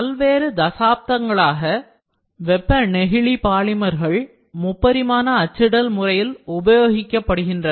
பல்வேறு தசாப்தங்களாக வெப்ப நெகிழி பாலிமர்கள் முப்பரிமான அச்சிடல் முறையில் உபயோகிக்கப்படுகின்றன